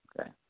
okay